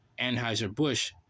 Anheuser-Busch